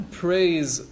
praise